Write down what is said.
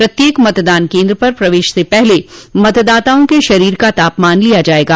प्रत्येक मतदान केन्द्र पर प्रवेश से पहले मतदाताओं के शरीर का तापमान लिया जाएगा